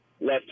left